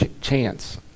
chance